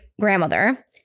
grandmother